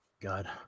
God